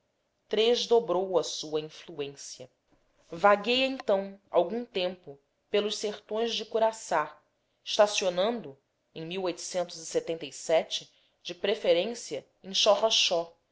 tresdobrou a sua influência vagueia então algum tempo pelos sertões de curaçá estacionando em de preferência em xorroxó